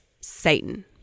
Satan